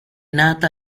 nata